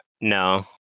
no